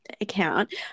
account